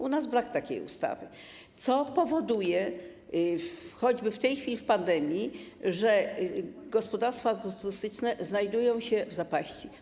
U nas brak takiej ustawy, co powoduje, choćby w tej chwili, w okresie pandemii, że gospodarstwa agroturystyczne znajdują się w zapaści.